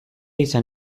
izan